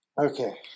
Okay